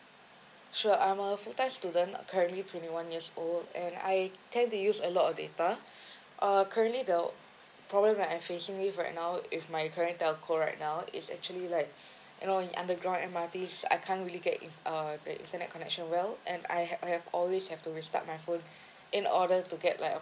sure I'm a full time student currently twenty one years old and I tend to use a lot of data err currently the problem right I facing with right now is my current telco right now is actually like you know underground M_R_T I can't really get uh the internet connection well and I have I have always have to restart my phone in order to get like